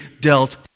dealt